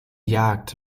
jagd